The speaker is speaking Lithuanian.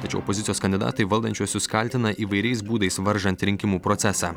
tačiau opozicijos kandidatai valdančiuosius kaltina įvairiais būdais varžant rinkimų procesą